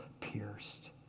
pierced